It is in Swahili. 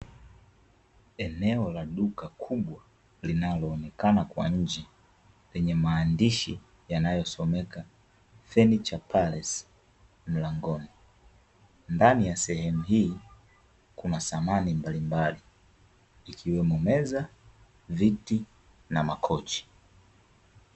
Eneo la duka kubwa linaloonekana kwa nje lenye maandishi yanayosomeka, Furniture Palace mlangoni, ndani ya sehemu hii kuna samani mbalimbali ikiwemo meza, viti na makochi.